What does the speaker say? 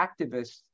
activists